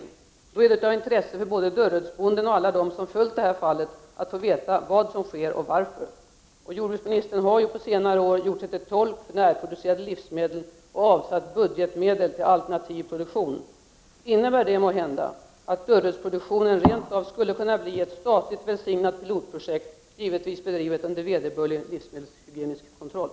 Då är det av intresse för både Dörrödsbonden och alla dem som följt detta fall att få veta vad som sker och varför. Jordbruksministern har ju på senare år gjort sig till tolk för närproducerade livsmedel och avsatt budgetmedel till alternativ produktion. Innebär detta måhända att Dörrödsproduktionen rent av skulle kunna bli ett statligt välsignat pilotprojekt, givetvis bedrivet under vederbörlig livsmedelshygienisk kontroll?